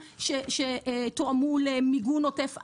ומכרזים שתואמו למיגון עוטף עזה,